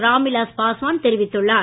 ராம்விலாஸ் பாஸ்வான் தெரிவித்துள்ளார்